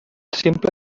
simple